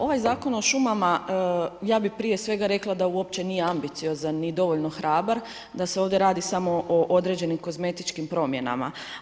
Ovaj Zakon o šumama ja bih prije svega rekla da uopće nije ambiciozan ni dovoljno hrabar, da se ovdje radi samo o određenim kozmetičkim promjenama.